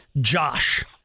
Josh